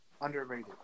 Underrated